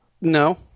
no